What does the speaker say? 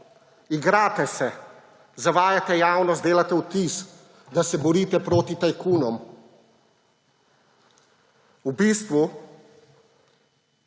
Igrate se! Zavajate javnost, delate vtis, da se borite proti tajkunom, v bistvu